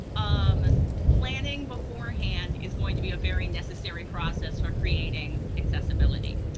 um planning beforehand is going to be a very necessary process for creating accessibility.